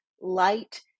light